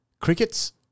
Crickets